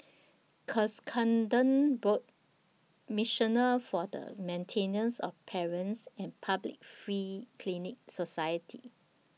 Cuscaden Road missioner For The Maintenance of Parents and Public Free Clinic Society